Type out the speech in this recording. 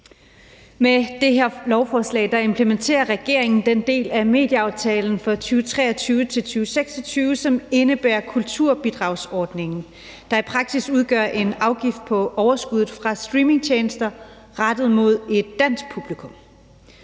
Med det her lovforslag implementerer regeringen den del af medieaftalen for 2023-2026, som indebærer kulturbidragsordningen, der i praksis udgør en afgift på overskuddet fra streamingtjenester rettet mod et dansk publikum.